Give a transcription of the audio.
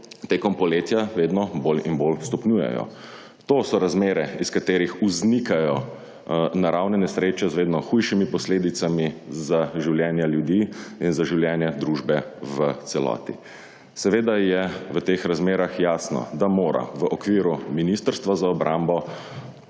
tekom poletja vedno bolj in bolj stopnjujejo. To so razmere, iz katerih vznikajo naravne nesreče z vedno hujšimi posledicami za življenja ljudi in za življenja družbe v celoti. Seveda je v teh razmerah jasno, da mora v okviru Ministrstva za obrambo